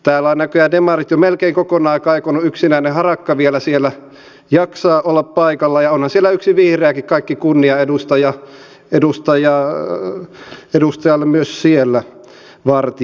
täällä ovat näköjään demarit jo melkein kokonaan kaikonneet yksinäinen harakka vielä siellä jaksaa olla paikalla ja onhan siellä yksi vihreäkin kaikki kunnia myös edustaja vartialle siellä